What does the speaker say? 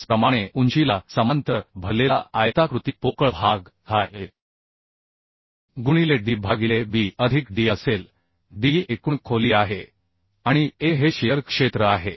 त्याचप्रमाणे उंचीला समांतर भरलेला आयताकृती पोकळ भाग हा a गुणिले d भागिले b अधिक d असेल d ही एकूण खोली आहे आणि a हे शिअर क्षेत्र आहे